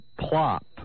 Plop